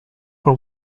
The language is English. for